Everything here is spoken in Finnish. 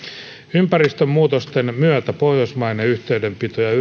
ympäristön muutosten myötä pohjoismainen yhteydenpito ja